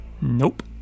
Nope